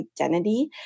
identity